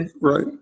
Right